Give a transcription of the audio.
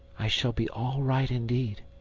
i shall be all right indeed.